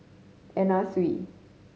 Anna Sui